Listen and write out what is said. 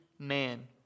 Man